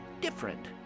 different